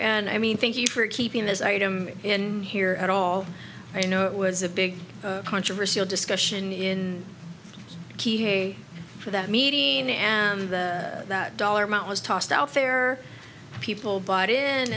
and i mean thank you for keeping this item in here at all you know it was a big controversial discussion in key hay for that meeting am the dollar amount was tossed out there people bought i